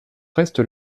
reste